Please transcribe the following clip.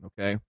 okay